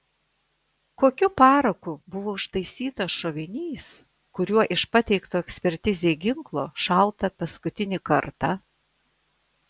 kokiu paraku buvo užtaisytas šovinys kuriuo iš pateikto ekspertizei ginklo šauta paskutinį kartą